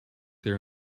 their